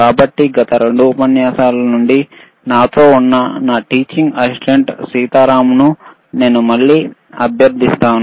కాబట్టి గత 2 ఉపన్యాసలలో నుండి నాతో ఉన్న నా టీచింగ్ అసిస్టెంట్ సీతారాంను నేను మళ్ళీ అభ్యర్థిస్తాను